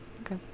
Okay